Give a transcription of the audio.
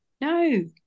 no